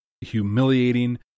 humiliating